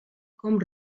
com